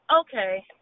okay